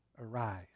arise